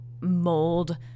mold